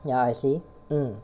ya I see hmm